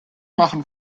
machen